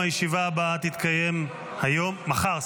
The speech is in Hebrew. הישיבה הבאה תתקיים מחר,